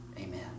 Amen